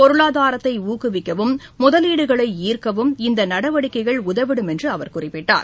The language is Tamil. பொருளாதாரத்தை ஊக்குவிக்கவும் முதலீடுகளை ஈர்க்கவும் இந்த நடவடிக்கைகள் உதவிடும் என்று அவர் குறிப்பிட்டார்